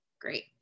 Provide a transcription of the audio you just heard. Great